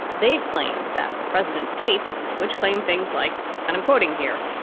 they explained that the president's tweets, which claim things like and i'm quoting here,